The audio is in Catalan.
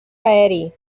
aeri